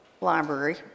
library